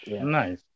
Nice